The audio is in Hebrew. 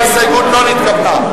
ההסתייגות לא נתקבלה.